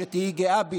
שתהיי גאה בי,